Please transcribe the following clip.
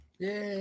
Yay